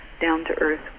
down-to-earth